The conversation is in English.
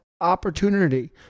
opportunity